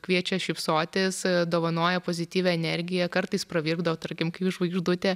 kviečia šypsotis dovanoja pozityvią energiją kartais pravirkdo tarkim kaip žvaigždutė